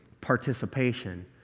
Participation